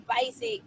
basic